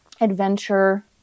adventure